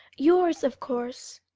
yours, of course,